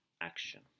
action